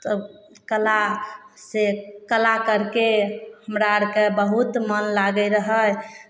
सब कला से कला करके हमरा आरके बहुत मन लागै रहै